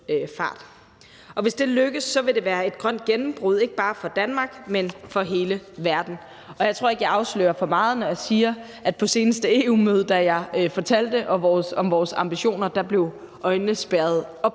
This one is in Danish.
og hvis det lykkes, vil det være et grønt gennembrud, ikke bare for Danmark, men for hele verden. Og jeg tror ikke, at jeg afslører for meget, når jeg siger, at da jeg på det seneste EU-møde fortalte om vores ambitioner, blev øjnene spærret op